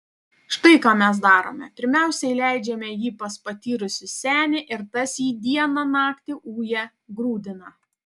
štai ką mes darome pirmiausia įleidžiame jį pas patyrusį senį ir tas jį dieną naktį uja grūdina